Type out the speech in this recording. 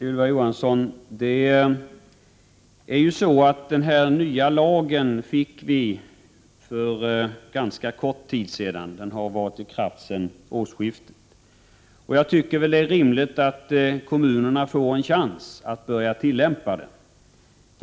Herr talman! Ylva Johansson, den nya lagen har varit i kraft sedan årsskiftet. Det är en ganska kort tid. Jag tycker. att det är rimligt att kommunerna får en chans att börja tillämpa lagen.